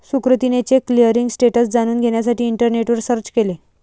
सुकृतीने cheque clearing status जाणून घेण्यासाठी इंटरनेटवर सर्च केले